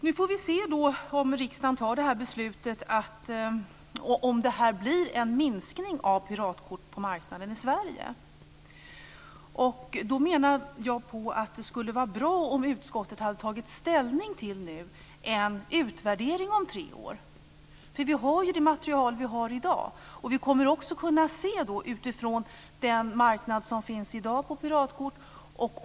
Nu får vi se om riksdagen tar beslutet och om det blir en minskning av piratkort på marknaden i Sverige. Jag menar att det hade varit bra om utskottet hade tagit ställning till frågan om en utvärdering om tre år. Vi har ju det material vi har i dag. Vi kommer att kunna se om det blir någon förändring utifrån den marknad som finns för piratkort i dag.